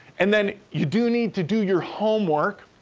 and then, you do need to do your homework